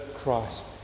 Christ